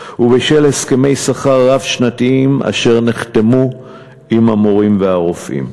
ומהסכמי שכר רב-שנתיים אשר נחתמו עם המורים והרופאים.